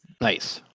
Nice